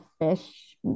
fish